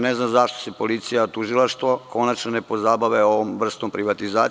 Ne znam zašto se policija, tužilaštvo konačno ne pozabave ovom vrstom privatizacije.